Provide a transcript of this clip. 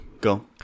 go